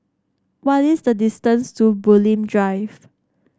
what is the distance to Bulim Drive